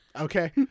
Okay